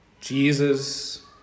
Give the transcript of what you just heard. Jesus